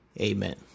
Amen